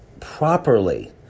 properly